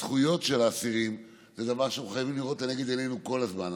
הזכויות של האסירים זה דבר שאנחנו חייבים לראות לנגד עינינו כל הזמן.